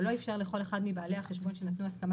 או לא איפשר לכל אחד מבעלי החשבון שנתנו הסכמה